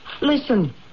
Listen